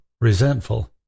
resentful